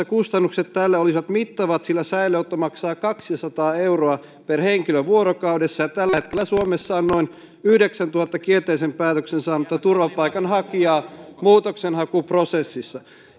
kustannukset tälle olisivat mittavat sillä säilöönotto maksaa kaksisataa euroa per henkilö vuorokaudessa ja tällä hetkellä suomessa on noin yhdeksäntuhannen kielteisen päätöksen saanutta turvapaikanhakijaa muutoksenhakuprosessissa